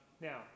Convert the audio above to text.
Now